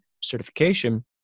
certification